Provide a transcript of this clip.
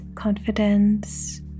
confidence